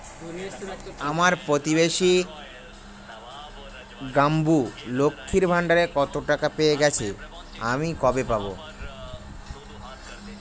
আমার প্রতিবেশী গাঙ্মু, লক্ষ্মীর ভান্ডারের টাকা পেয়ে গেছে, আমি কবে পাব?